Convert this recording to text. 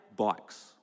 bikes